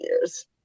years